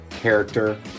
character